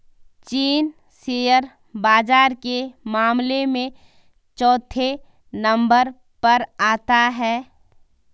चीन शेयर बाजार के मामले में चौथे नम्बर पर आता है